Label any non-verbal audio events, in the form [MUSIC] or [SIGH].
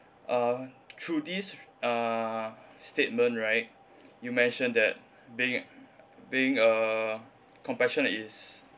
uh through this uh statement right [BREATH] you mentioned that being being uh compassionate is